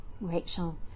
Rachel